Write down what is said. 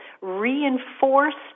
reinforced